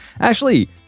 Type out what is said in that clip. Ashley